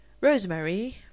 Rosemary